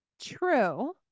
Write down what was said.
True